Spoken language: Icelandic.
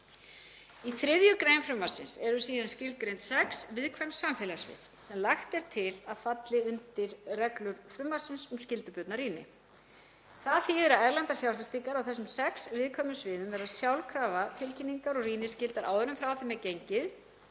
Í 3. gr. frumvarpsins eru síðan skilgreind sex viðkvæm samfélagssvið sem lagt er til að falli undir reglur frumvarpsins um skyldubundna rýni. Það þýðir að erlendar fjárfestingar á þessum sex viðkvæmu sviðum verða sjálfkrafa tilkynningar- og rýniskyldar áður en frá þeim er gengið.